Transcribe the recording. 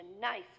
nice